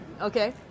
Okay